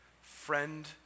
friend